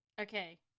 Okay